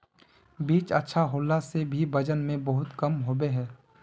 बीज अच्छा होला से भी वजन में बहुत कम होबे है?